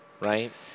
Right